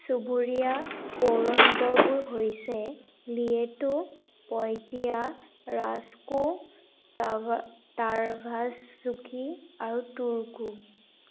চুবুৰীয়া পৌৰনগৰবোৰ হৈছে লিয়েটো পয়টিয়া ৰাস্কো টাৰ্ভাছজোকি আৰু টুৰ্কু